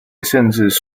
甚至